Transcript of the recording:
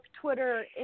Twitter